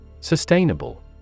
Sustainable